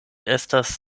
estas